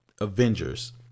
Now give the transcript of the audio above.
Avengers